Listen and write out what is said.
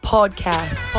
Podcast